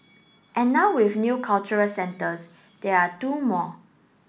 and now with new cultural centres there are two more